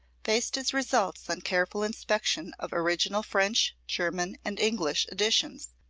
based his results on careful inspection of original french, german and english editions,